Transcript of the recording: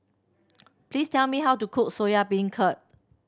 please tell me how to cook Soya Beancurd